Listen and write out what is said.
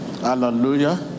Hallelujah